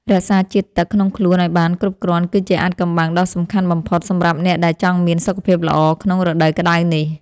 រក្សាជាតិទឹកក្នុងខ្លួនឱ្យបានគ្រប់គ្រាន់គឺជាអាថ៌កំបាំងដ៏សំខាន់បំផុតសម្រាប់អ្នកដែលចង់មានសុខភាពល្អក្នុងរដូវក្តៅនេះ។